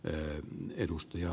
herra puhemies